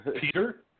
Peter